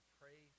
pray